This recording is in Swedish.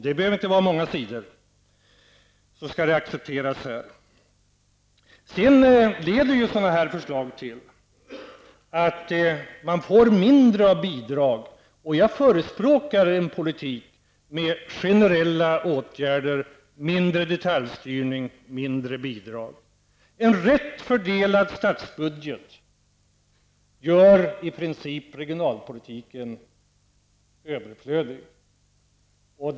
Det behöver inte vara många sidor för att vi skall kunna acceptera det. Sådana här förslag leder ju till att man får mindre av bidrag. Jag förespråkar en politik med generella åtgärder, mindre detaljstyrning, mindre bidrag. En rätt fördelad statsbudget gör i princip regionalpolitiken överflödig.